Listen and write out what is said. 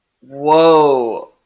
Whoa